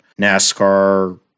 NASCAR